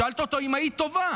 שאלת אותו אם היית טובה.